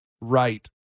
right